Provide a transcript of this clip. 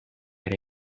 ere